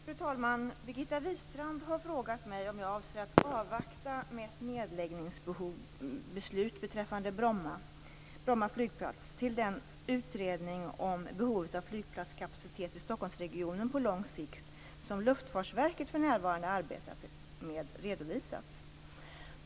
Fru talman! Birgitta Wistrand har frågat mig om jag avser att avvakta med ett nedläggningsbeslut beträffande Bromma flygplats tills den utredning om behovet av flygplatskapacitet i Stockholmsregionen på lång sikt som Luftfartsverket för närvarande arbetar med redovisats.